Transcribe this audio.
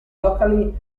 locally